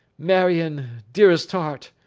marion, dearest heart,